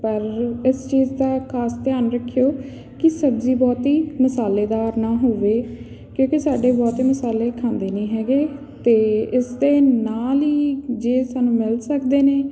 ਪਰ ਇਸ ਚੀਜ਼ ਦਾ ਖਾਸ ਧਿਆਨ ਰੱਖਿਓ ਕਿ ਸਬਜ਼ੀ ਬਹੁਤੀ ਮਸਾਲੇਦਾਰ ਨਾ ਹੋਵੇ ਕਿਉਂਕਿ ਸਾਡੇ ਬਹੁਤੇ ਮਸਾਲੇ ਖਾਂਦੇ ਨਹੀਂ ਹੈਗੇ ਅਤੇ ਇਸਦੇ ਨਾਲ ਹੀ ਜੇ ਸਾਨੂੰ ਮਿਲ ਸਕਦੇ ਨੇ